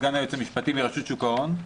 סגן היועץ המשפטי ברשות שוק ההון.